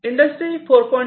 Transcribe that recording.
industry 4